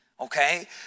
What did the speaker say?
Okay